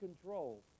control